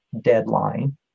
deadline